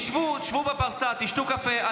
שבו בפרסה, שתו קפה.